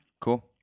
Cool